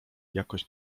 jakoś